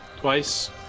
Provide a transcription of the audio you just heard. twice